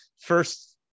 first